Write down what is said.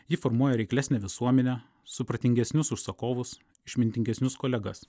ji formuoja reiklesnę visuomenę supratingesnius užsakovus išmintingesnius kolegas